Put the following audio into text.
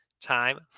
time